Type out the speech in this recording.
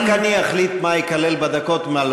רק אני אחליט מה ייכלל בדקות ומה לא.